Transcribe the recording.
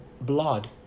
blood